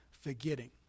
Forgetting